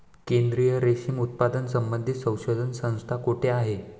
केंद्रीय रेशीम उत्पादन संबंधित संशोधन संस्था कोठे आहे?